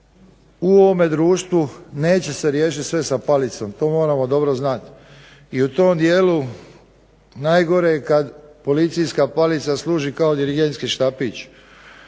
u ovome društvu neće se riješiti sa palicom i to moramo dobro znati. I u tom dijelu najgore je kada policijska palica služi kao dirigentski štapić.